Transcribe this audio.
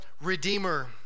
Redeemer